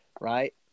Right